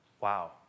Wow